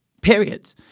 period